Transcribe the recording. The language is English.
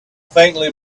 faintly